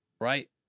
right